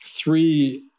Three